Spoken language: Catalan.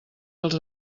els